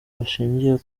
bushingiye